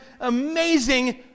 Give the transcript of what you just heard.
amazing